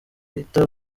bita